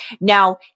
Now